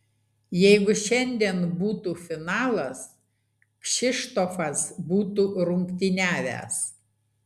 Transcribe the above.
jeigu šiandien būtų finalas kšištofas būtų rungtyniavęs